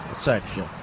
section